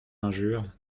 injure